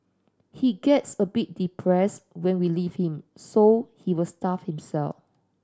he gets a bit depressed when we leave him so he will starve himself